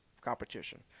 competition